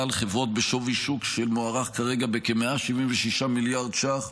על חברות בשווי שוק שמוערך כרגע בכ-176 מיליארד ש"ח.